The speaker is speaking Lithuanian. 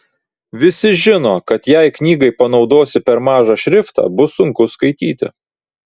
visi žino kad jei knygai panaudosi per mažą šriftą bus sunku skaityti